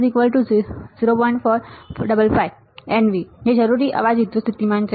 455 nV જે જરૂરી અવાજ વિદ્યુત્સ્થીતિમાન છે